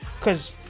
cause